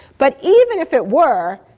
but even if it were,